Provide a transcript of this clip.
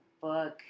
book